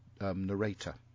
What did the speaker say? narrator